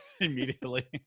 immediately